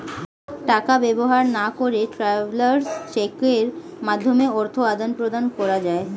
টাকা ব্যবহার না করে ট্রাভেলার্স চেকের মাধ্যমে অর্থ আদান প্রদান করা যায়